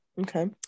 Okay